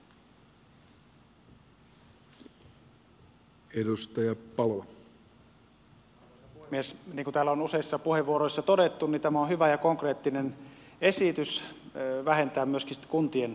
niin kuin täällä on useissa puheenvuoroissa todettu niin tämä on hyvä ja konkreettinen esitys vähentää myöskin sitten kuntien tehtäviä